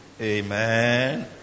Amen